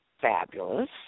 fabulous